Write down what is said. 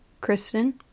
Kristen